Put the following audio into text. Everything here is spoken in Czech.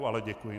Ale děkuji.